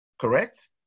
Correct